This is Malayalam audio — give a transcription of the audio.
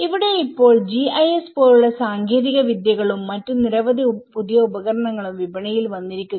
ഇവിടെ ഇപ്പോൾ GIS പോലുള്ള സാങ്കേതികവിദ്യകളും മറ്റ് നിരവധി പുതിയ ഉപകരണങ്ങളും വിപണിയിൽ വന്നിരിക്കുന്നു